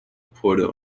reporter